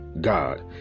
god